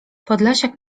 podlasiak